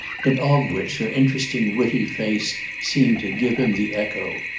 but of which her interesting witty face seemed to give him the echo.